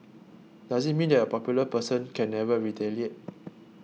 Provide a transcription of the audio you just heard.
does it mean that a popular person can never retaliate